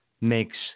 makes